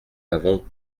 avons